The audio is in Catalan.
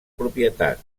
propietat